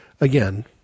again